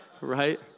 right